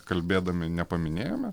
kalbėdami nepaminėjome